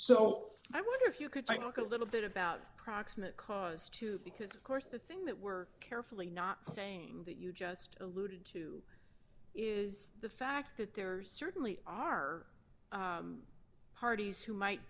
so i wonder if you could talk a little bit about proximate cause too because of course the thing that we're carefully not saying that you just alluded to is the fact that there certainly are parties who might